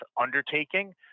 undertaking